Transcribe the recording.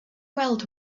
weld